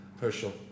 Herschel